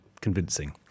convincing